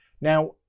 Now